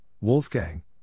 Wolfgang